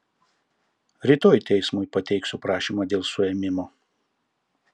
rytoj teismui pateiksiu prašymą dėl suėmimo